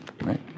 right